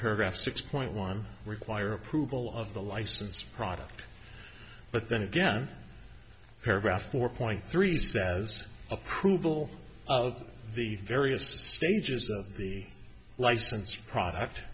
paragraph six point one require approval of the licensed product but then again paragraph four point three says approval of the various stages of the licensed product